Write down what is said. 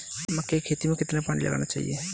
मक्के की खेती में कितना पानी लगाना चाहिए?